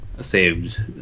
saved